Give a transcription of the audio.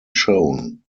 shown